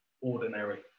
ordinary